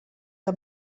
que